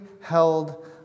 held